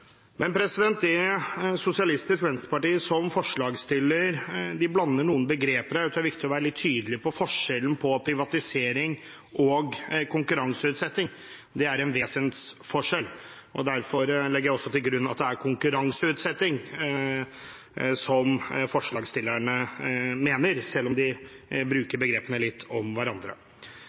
Men forslagsstiller Sosialistisk Venstreparti blander noen begreper, og jeg tror det er viktig å være tydelig på forskjellen på privatisering og konkurranseutsetting. Det er en vesensforskjell, og derfor legger jeg også til grunn at det er konkurranseutsetting forslagsstillerne mener, selv om de bruker begrepene litt om hverandre.